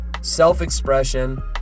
self-expression